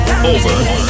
Over